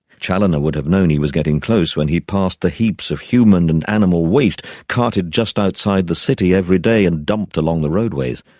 chaloner would have known he was getting close when he passed the heaps of human and animal waste carted just outside the city every day and dumped along the roadways.